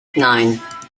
nine